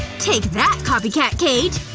take that copycat kate